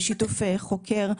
את שם ואת מרגישה,